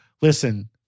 listen